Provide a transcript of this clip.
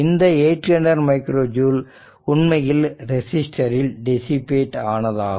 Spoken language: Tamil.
இந்த 800 மைக்ரோ ஜூல் உண்மையில் ரெசிஸ்டரில் டிசிபேட் ஆனதாகும்